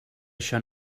això